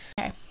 Okay